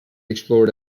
explored